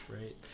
right